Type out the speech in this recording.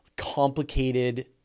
complicated